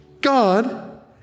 God